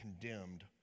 condemned